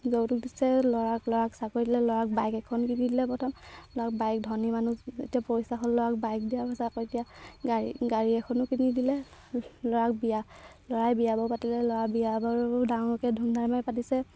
যৌতুক দিছে ল'ৰাক ল'ৰাক চাকৰি দিলে ল'ৰাক বাইক এখন কিনি দিলে প্ৰথম ল'ৰাক বাইক ধনী মানুহ যেতিয়া পইচা হ'ল ল'ৰাক বাইক দিয়া চাকৰি দিয়া গাড়ী গাড়ী এখনো কিনি দিলে ল'ৰাক বিয়া ল'ৰাই বিয়া বাৰু পাতিলে ল'ৰা বিয়া বাৰু ডাঙৰকৈ ধুমধামে পাতিছে